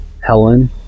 Helen